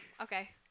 Okay